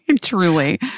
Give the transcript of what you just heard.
Truly